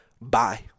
Bye